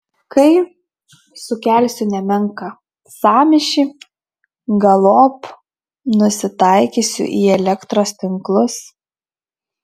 kai sukelsiu nemenką sąmyšį galop nusitaikysiu į elektros tinklus